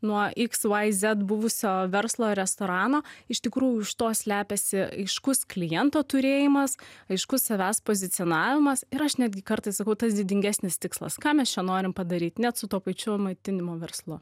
nuo iks vai zed buvusio verslo restorano iš tikrųjų už to slepiasi aiškus kliento turėjimas aiškus savęs pozicionavimas ir aš netgi kartais sakau tas didingesnis tikslas ką mes čia norim padaryt net su tuo pačiu maitinimo verslu